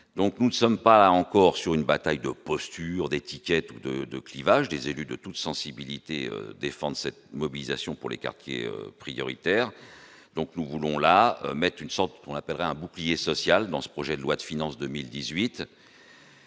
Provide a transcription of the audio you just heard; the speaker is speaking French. nous ne sommes pas encore sur une bataille de posture d'étiquettes ou de de clivages, des élus de toutes sensibilités défendent cette mobilisation pour les quartiers prioritaires, donc nous voulons la mettent une sorte, qu'on appellera un bouclier social dans ce projet de loi de finances 2018.